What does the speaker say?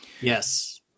Yes